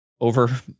over